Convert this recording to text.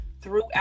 throughout